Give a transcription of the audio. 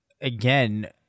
again